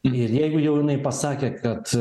ir jeigu jau jinai pasakė kad